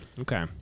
Okay